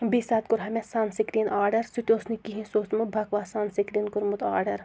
بیٚیہِ ساتہٕ کوٚرہا مےٚ سَن سِکریٖن آرڈر سُہ تہِ اوس نہٕ کِہیٖنۍ سُہ اوسمُت بَکواس سَن سِکریٖن کوٚرمُت آرڈر